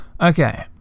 Okay